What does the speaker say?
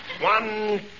One